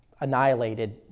annihilated